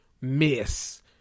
miss